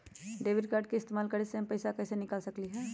Debit card के इस्तेमाल करके हम पैईसा कईसे निकाल सकलि ह?